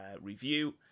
review